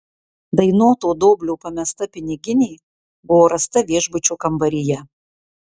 dainoto doblio pamesta piniginė buvo rasta viešbučio kambaryje